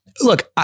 Look